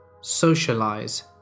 socialize